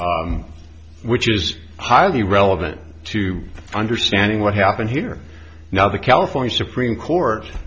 which is highly relevant to understanding what happened here now the california supreme court